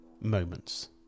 moments